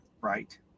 right